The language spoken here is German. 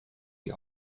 wie